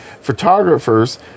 photographers